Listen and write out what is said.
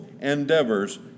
endeavors